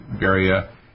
area